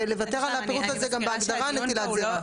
ולוותר על הפירוט הזה גם בהגדרה של נטילת זרע.